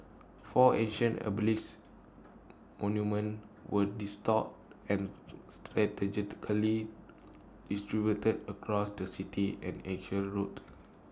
four ancient obelisk monuments were restored and strategically distributed across the city and axial roads